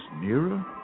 nearer